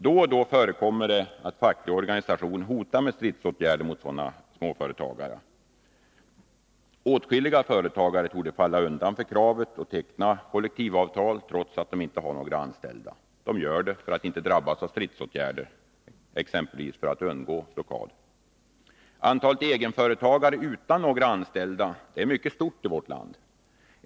Då och då förekommer det att facklig organisation hotar med stridsåtgärder mot sådana småföretagare. Åtskilliga företagare torde falla undan för kravet och teckna kollektivavtal trots att de inte har några anställda. De gör det för att inte drabbas av stridsåtgärder, exempelvis för att undgå blockad. Antalet egenföretagare utan några anställda är mycket stort i vårt land.